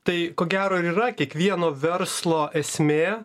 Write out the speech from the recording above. tai ko gero ir yra kiekvieno verslo esmė